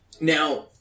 Now –